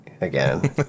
again